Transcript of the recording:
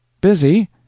Busy